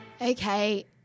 Okay